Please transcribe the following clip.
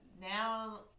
now